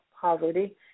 poverty